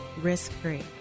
risk-free